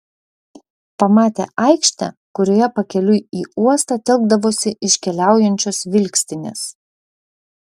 pamatė aikštę kurioje pakeliui į uostą telkdavosi iškeliaujančios vilkstinės